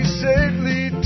safely